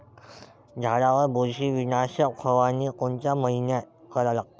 झाडावर बुरशीनाशक फवारनी कोनच्या मइन्यात करा लागते?